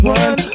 one